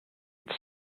its